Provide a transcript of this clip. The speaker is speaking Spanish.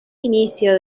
inicio